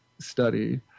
study